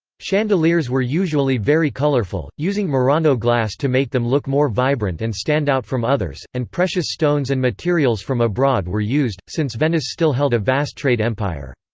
chandeliers were usually very colourful, using murano glass to make them look more vibrant and stand out from others, and precious stones and materials from abroad were used, since venice still held a vast trade empire.